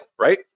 right